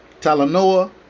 Talanoa